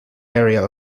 area